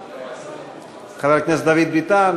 חבר הכנסת דוד ביטן,